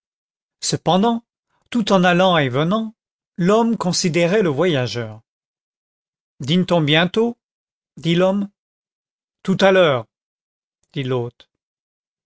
cependant tout en allant et venant l'homme considérait le voyageur dîne t on bientôt dit l'homme tout à l'heure dit l'hôte